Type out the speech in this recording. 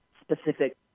specific